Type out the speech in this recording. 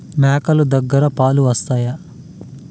మేక లు దగ్గర పాలు వస్తాయా?